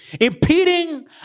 impeding